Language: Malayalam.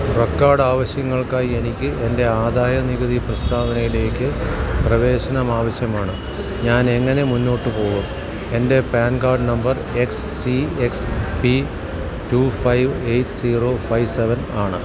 റെക്കോർഡ് ആവശ്യങ്ങൾക്കായി എനിക്ക് എൻ്റെ ആദായനികുതി പ്രസ്താവനയിലേക്ക് പ്രവേശനം ആവശ്യമാണ് ഞാൻ എങ്ങനെ മുന്നോട്ടുപോകും എൻ്റെ PAN card number X C X P two five eight zero five seven ആണ്